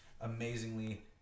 amazingly